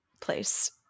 place